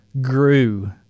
grew